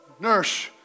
nurse